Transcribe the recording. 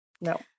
No